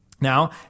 Now